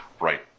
Right